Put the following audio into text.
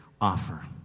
offer